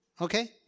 Okay